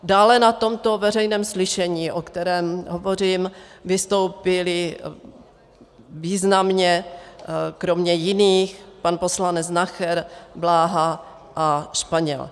Dále na tomto veřejném slyšení, o kterém hovořím, vystoupili významně kromě jiných pan poslanec Nacher, Bláha a Španěl.